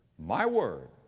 my word